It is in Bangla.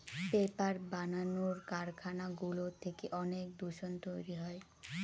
পেপার বানানোর কারখানাগুলো থেকে অনেক দূষণ তৈরী হয়